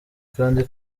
kandi